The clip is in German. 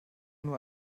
nur